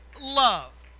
love